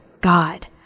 God